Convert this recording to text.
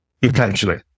potentially